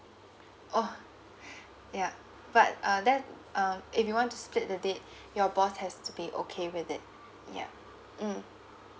oh yup but uh that uh if you want to split the date your boss has to be okay with it ya mm